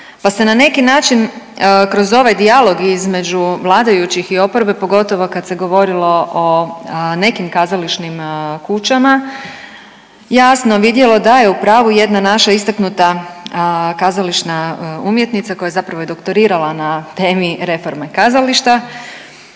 Pa se na neki način kroz ovaj dijalog između vladajućih i oporbe pogotovo kad se govorilo o nekim kazališnim kućama jasno vidjelo da je u pravu jedna naša istaknuta kazališna umjetnica koja je zapravo i doktorirala na temi reforme kazališta,